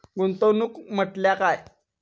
गुंतवणूक म्हटल्या काय?